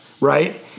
Right